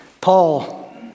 Paul